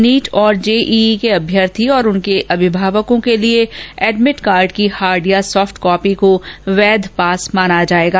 NEET और JEE के अम्यर्थी और उनके अभिभावकों के लिए एडमिट कार्ड की हार्ड या सॉफ्ट कॉपी को वैध पास माना जाएगा